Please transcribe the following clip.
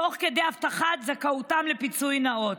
תוך כדי הבטחת זכאותם לפיצוי נאות.